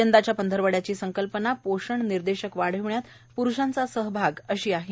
यंदाच्या पंधरवाड्याची संकल्पना ही पोषण निर्देशक वाढविण्यात प्रूषांचा सहभागअशी आहे